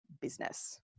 business